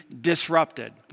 disrupted